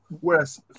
whereas